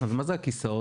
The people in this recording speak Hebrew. מה זה הכיסאות?